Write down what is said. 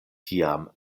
tiam